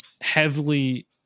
heavily